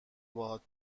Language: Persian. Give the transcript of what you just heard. باهات